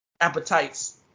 appetites